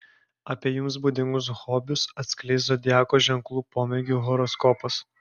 apie jums būdingus hobius atskleis zodiako ženklų pomėgių horoskopas